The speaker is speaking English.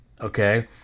Okay